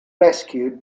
rescued